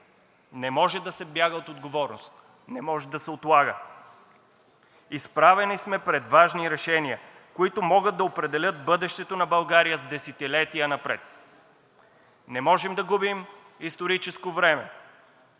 Не може да се бяга от отговорност, не може да се отлага. Изправени сме пред важни решения, които могат да определят бъдещето на България с десетилетия напред. Не можем да губим историческо време.